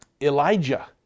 Elijah